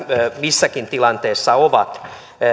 missäkin tilanteessa ovat